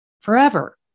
forever